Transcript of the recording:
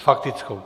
S faktickou?